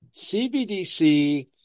CBDC